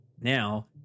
Now